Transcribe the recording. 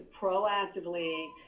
proactively